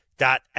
dot